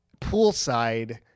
poolside